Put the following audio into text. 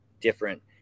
different